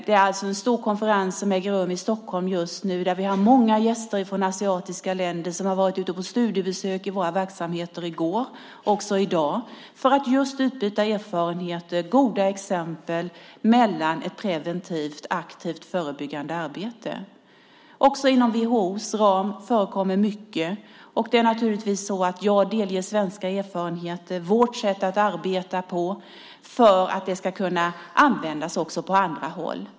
Det är en stor konferens som äger rum i Stockholm just nu med många gäster från asiatiska länder som har varit ute på studiebesök i våra verksamheter i går, och gör det också i dag, för att just utbyta erfarenheter och goda exempel på ett preventivt aktivt förebyggande arbete. Också inom WHO:s ram förekommer mycket. Det är naturligtvis så att jag delger svenska erfarenheter, vårt sätt att arbeta på, för att det ska kunna användas också på andra håll.